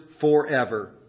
forever